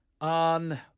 on